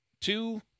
two